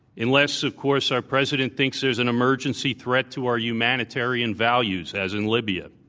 unless, of course, our president thinks there's an emergency threat to our humanitarian values, as in libya.